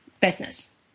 business